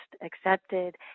accepted